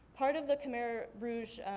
part of the khmer rouge,